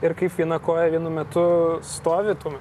ir kaip viena koja vienu metu stovi tu